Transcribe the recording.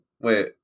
Wait